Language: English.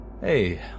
Hey